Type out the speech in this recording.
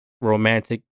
romantic